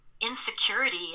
Insecurity